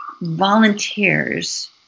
volunteers